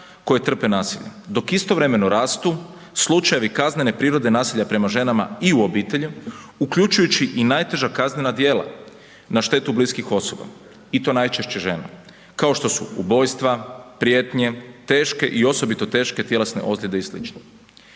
koje trpe nasilje dok istovremeno rastu slučajevi kaznene prirode nasilja prema ženama i u obitelji, uključujući i najteža kaznena djela na štetu bliskih osoba i to najčešće žena, kao što su ubojstva, prijetnje, teške i osobito teške tjelesne ozljede i